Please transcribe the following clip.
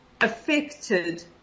affected